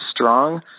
strong